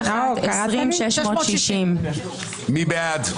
20,241 עד 20,260. מי בעד?